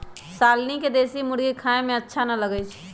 शालनी के देशी मुर्गी खाए में अच्छा न लगई छई